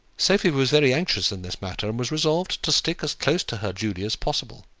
sophie was very anxious in this matter, and was resolved to stick as close to her julie as possible.